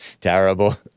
Terrible